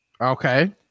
okay